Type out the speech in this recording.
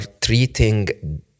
treating